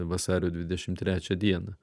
vasario dvidešimt trečią dieną